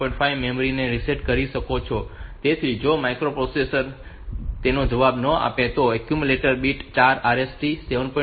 5 memory ને reset કરી શકો છો તેથી જો માઇક્રોપ્રોસેસર તેનો જવાબ ન આપે તો પણ એક્યુમ્યુલેટર બીટ 4 RST 7